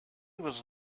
was